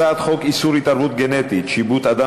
הצעת חוק איסור התערבות גנטית (שיבוט אדם